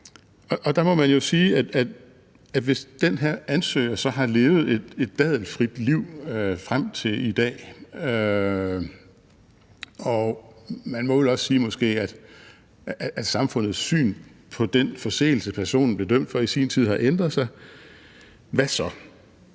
hvis den her ansøger så har levet et dadelfrit liv frem til i dag, og at samfundets syn på den forseelse, som personen blev dømt for i sin tid, vel også